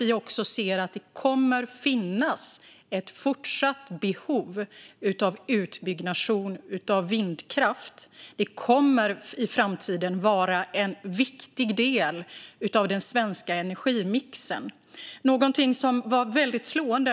Det här gör att det kommer att finnas ett fortsatt behov av utbyggnation av vindkraft. Den kommer att vara en viktig del av den svenska energimixen i framtiden.